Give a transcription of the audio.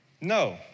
No